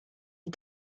est